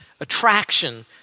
Attraction